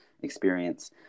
experience